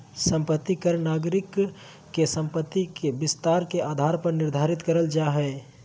संपत्ति कर नागरिक के संपत्ति के विस्तार के आधार पर निर्धारित करल जा हय